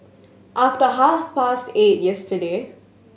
after half past eight yesterday